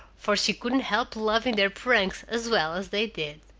for she couldn't help loving their pranks as well as they did.